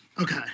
Okay